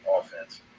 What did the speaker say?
offense